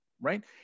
right